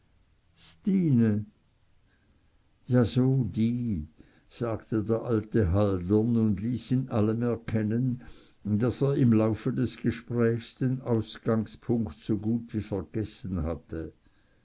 stine ja so die sagte der alte haldern und ließ in allem erkennen daß er im laufe des gesprächs den ausgangspunkt so gut wie vergessen hatte